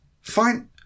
Fine